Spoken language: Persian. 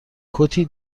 کتی